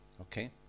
Okay